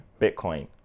Bitcoin